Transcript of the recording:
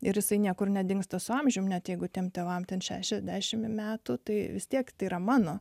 ir jisai niekur nedingsta su amžiumi net jeigu tiems tėvams ten šešiasdešimt metų tai vis tiek tėra mano